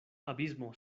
abismo